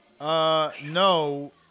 No